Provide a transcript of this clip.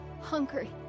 hungry